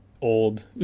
old